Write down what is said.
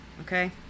okay